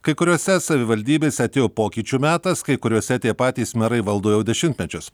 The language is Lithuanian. kai kuriose savivaldybėse atėjo pokyčių metas kai kuriose tie patys merai valdo jau dešimtmečius